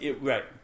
right